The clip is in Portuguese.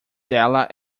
dela